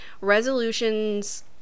resolutions